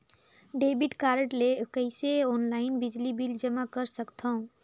Debit card ले कइसे online बिजली बिल जमा कर सकथव?